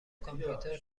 کامپیوتر